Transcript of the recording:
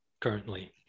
currently